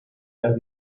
las